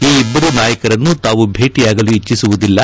ಈ ಇಬ್ಬರೂ ನಾಯಕರನ್ನು ತಾವು ಭೇಟಯಾಗಲು ಇಚ್ದಿಸುವುದಿಲ್ಲ